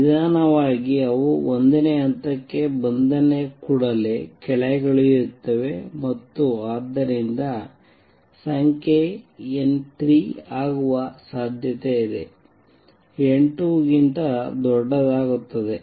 ನಿಧಾನವಾಗಿ ಅವು ಒಂದನೇ ಹಂತಕ್ಕೆ ಬಂದ ಕೂಡಲೇ ಕೆಳಗಿಳಿಯುತ್ತವೆ ಮತ್ತು ಆದ್ದರಿಂದ ಸಂಖ್ಯೆ n3 ಆಗುವ ಸಾಧ್ಯತೆಯಿದೆ n2 ಗಿಂತ ದೊಡ್ಡದಾಗುತ್ತದೆ